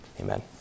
Amen